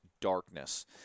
darkness